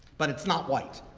but it's not white,